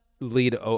lead